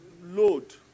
load